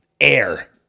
Air